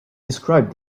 described